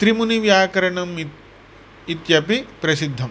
त्रिमुनिव्याकरणम् इत्यपि प्रसिद्धम्